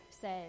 says